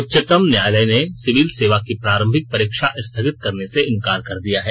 उच्चतम न्यायालय ने सिविल सेवा की प्रारंभिक परीक्षा स्थगित करने से इनकार कर दिया है